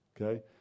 okay